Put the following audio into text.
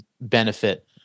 benefit